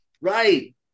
Right